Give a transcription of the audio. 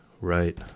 Right